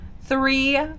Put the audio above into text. three